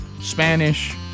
Spanish